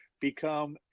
become